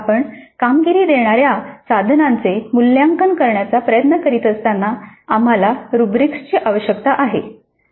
आपण कामगिरी देणाऱ्या साधनांचे मूल्यांकन करण्याचा प्रयत्न करीत असताना आम्हाला रुब्रिक्सची आवश्यकता आहे